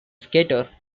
skater